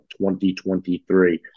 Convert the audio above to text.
2023